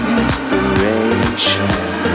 inspiration